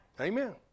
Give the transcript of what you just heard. Amen